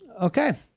Okay